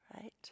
right